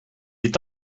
est